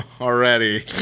already